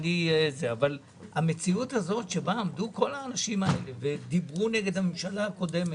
אבל המציאות הזאת שבה עמדו כל האנשים האלה ודיברו נגד הממשלה הקודמת,